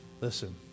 Listen